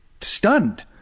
stunned